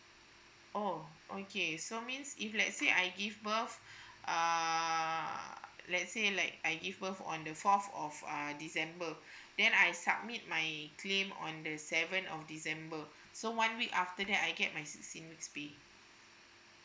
oh okay so means if let's say I give birth uh let's say like I give birth on the fourth of err december then I submit my claim on the seventh of december so one week after that I get my sixteen weeks pay